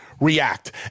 react